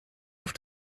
auf